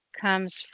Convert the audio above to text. comes